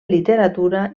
literatura